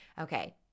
Okay